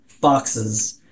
boxes